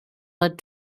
led